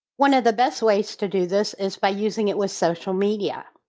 one of the best ways to do this is by using it with social media.